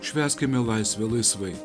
švęskime laisvę laisvai